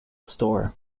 store